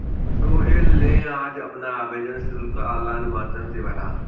सोहेल ने आज अपना आवेदन शुल्क ऑनलाइन माध्यम से भरा